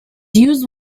used